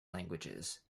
languages